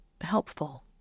helpful